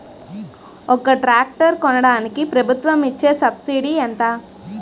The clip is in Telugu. ఒక ట్రాక్టర్ కొనడానికి ప్రభుత్వం ఇచే సబ్సిడీ ఎంత?